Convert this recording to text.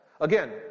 Again